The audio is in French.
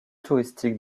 touristique